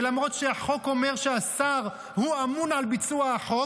ולמרות שהחוק אומר שהשר אמון על ביצוע החוק,